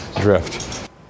drift